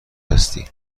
هستی